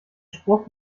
spruch